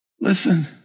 Listen